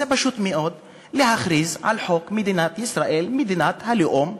זה פשוט מאוד להכריז על חוק מדינת ישראל מדינת הלאום היהודי,